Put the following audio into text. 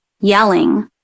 yelling